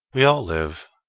we all live,